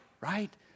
right